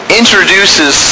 introduces